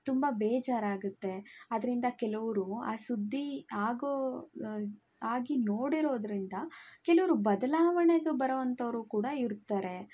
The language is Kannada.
ತುಂಬ ಬೇಜಾರಾಗುತ್ತೆ ಅದರಿಂದ ಕೆಲವರು ಆ ಸುದ್ದಿ ಆಗೋ ಆಗಿ ನೋಡಿರೋದರಿಂದ ಕೆಲವರು ಬದಲಾವಣೆಗೆ ಬರುವಂತವರೂ ಕೂಡ ಇರ್ತಾರೆ